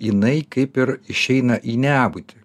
jinai kaip ir išeina į nebūtį